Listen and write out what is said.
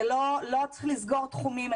לא צריך לסגור תחומים.